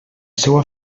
seua